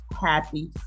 happy